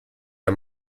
der